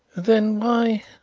then why?